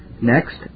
Next